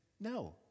no